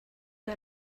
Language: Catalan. que